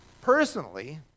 personally